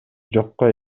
жокко